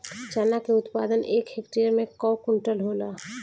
चना क उत्पादन एक हेक्टेयर में कव क्विंटल होला?